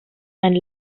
and